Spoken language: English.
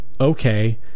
okay